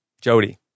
Jody